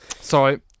Sorry